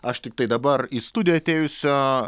aš tiktai dabar į studiją atėjusio